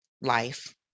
life